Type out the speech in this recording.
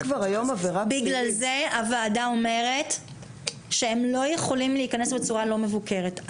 בגלל זה הוועדה אומרת שהם לא יכולים להיכנס בצורה לא מבוקרת.